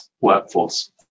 workforce